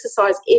exercise